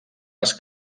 les